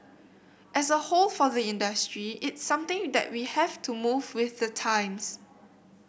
as a whole for the industry it's something that we have to move with the times